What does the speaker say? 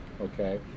okay